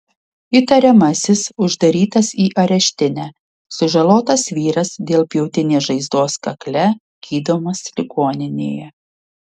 įtariamasis uždarytas į areštinę sužalotas vyras dėl pjautinės žaizdos kakle gydomas ligoninėje